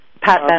Pat